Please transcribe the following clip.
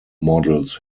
models